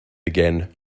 again